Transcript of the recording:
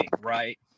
right